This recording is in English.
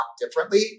differently